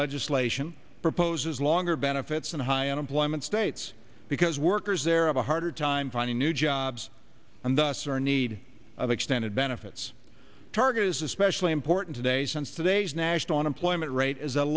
legislation proposes longer benefits in high unemployment states because workers there of a harder time finding new jobs and thus are need of extended benefits target is especially important today since today's national unemployment rate is